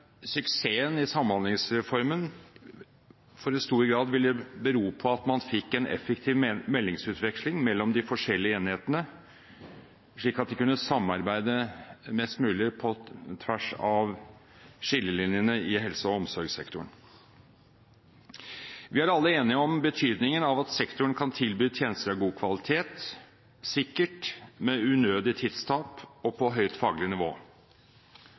suksessen i Samhandlingsreformen i stor grad ville bero på at man fikk en effektiv meldingsutveksling mellom de forskjellige enhetene, slik at de kunne samarbeide mest mulig på tvers av skillelinjene i helse- og omsorgssektoren. Vi er alle enige om at sektoren kan tilby tjenester av god kvalitet, sikkert, uten unødig tidstap og på høyt faglig nivå.